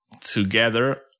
together